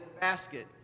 basket